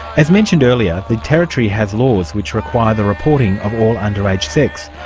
as mentioned earlier, the territory has laws which require the reporting of all under-age sex,